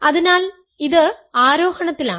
അതിനാൽ ഇത് ആരോഹണത്തിലാണ്